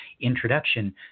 introduction